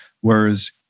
whereas